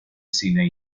cine